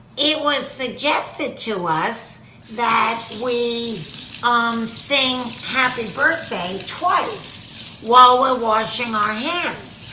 it was suggested to us that we um sing happy birthday twice while we're washing our hands.